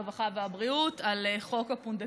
הרווחה והבריאות על חוק הפונדקאות.